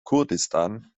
kurdistan